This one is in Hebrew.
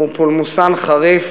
הוא פולמוסן חריף,